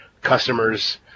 customers